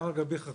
גם על גבי חרשו.